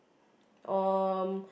um